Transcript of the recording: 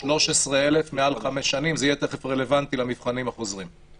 שלחלק מהאנשים זה מהווה פרנסה ולחלק מהאנשים זה הרגליים שלהם,